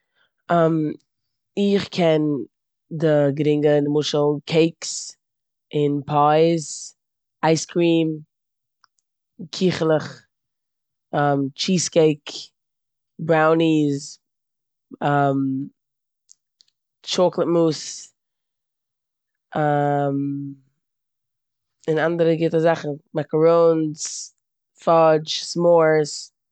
איך קען די גרינגע נמשל קעיקס און פייס, אייס קרים, קיכעלעך, טשיז קעיק, בראוניס, טשאקאלאד מוס, און אנדערע גוטע זאכן. מעקערונס, פאדש, סמארס.